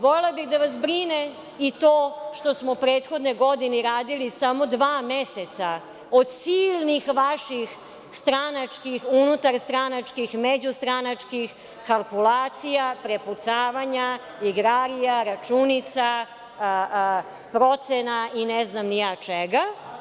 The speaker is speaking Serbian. Volela bih da vas brine i to što smo prethodne godine radili samo dva meseca od silnih vaših stranačkih, unutar stranačkih, međustranačkih kalkulacija, prepucavanja, igrarija, računica, procena i ne znam ni ja čega.